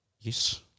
Yes